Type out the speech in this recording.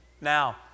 Now